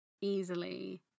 easily